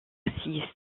aussi